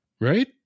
right